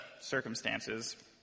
circumstances